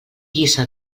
guisa